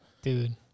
Dude